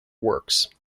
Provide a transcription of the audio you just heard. works